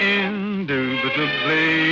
indubitably